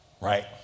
right